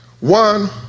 one